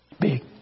Big